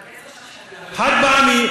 חד-פעמי.